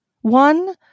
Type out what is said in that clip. one